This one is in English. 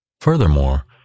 Furthermore